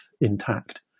intact